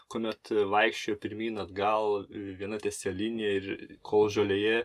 kuomet vaikščiojo pirmyn atgal viena tiesia linija ir kol žolėje